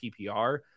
PPR